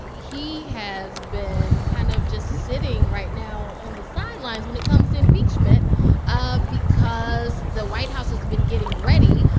he has been kind of just sitting right now on the sidelines when it comes to impeachment ah because the white house has been getting ready.